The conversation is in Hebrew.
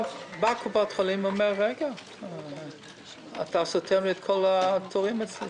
באה קופת חולים ואמרה: אתה סותם את כל התורים אצלי,